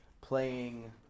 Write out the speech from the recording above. Playing